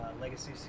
Legacy